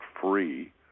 free